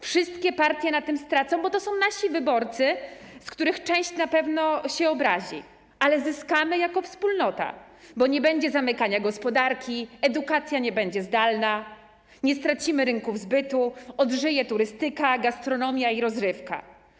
Wszystkie partie na tym stracą, bo chodzi tu o naszych wyborców, z których część na pewno się obrazi, ale zyskamy jako wspólnota, bo nie będzie zamykania gospodarki, edukacja nie będzie zdalna, nie stracimy rynków zbytu, odżyje turystyka, gastronomia i rozrywka.